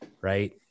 Right